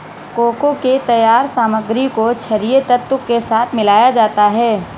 cocoa के तैयार सामग्री को छरिये तत्व के साथ मिलाया जाता है